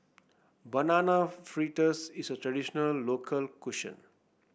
Banana Fritters is a traditional local